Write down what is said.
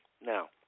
Now